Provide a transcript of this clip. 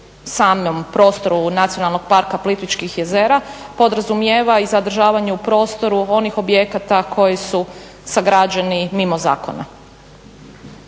samom prostoru Nacionalnog parka Plitvičkih jezera podrazumijeva i zadržavanje u prostoru onih objekata koji su sagrađeni mimo zakona.